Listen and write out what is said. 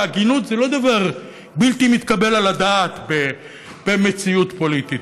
הגינות זה לא דבר בלתי מתקבל על הדעת במציאות פוליטית,